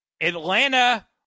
Atlanta